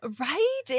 Right